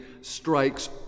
strikes